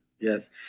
yes